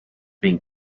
been